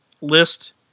list